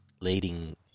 leading